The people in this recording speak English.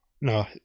No